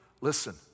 listen